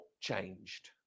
changed